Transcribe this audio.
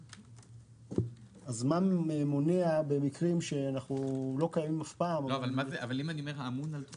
אז מה מונע במקרים שלא קיימים אף פעם אבל ---?